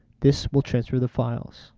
this will transfer the files